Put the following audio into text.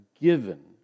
given